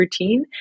routine